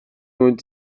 ond